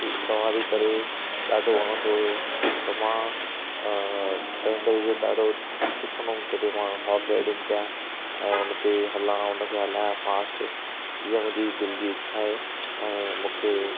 थी सवारी करे ॾाढो वणन्दो हुयो त मां तंहिं करे इहो ॾाढो सिखन्दो हुअमि कि मां हार्स राइडिंग कयां ऐं हुन ते हलां हुन खे हलाया फास्ट हीअ मुंहिंजी दिलि जी इच्छा आहे ऐं मूंखे